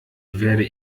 werde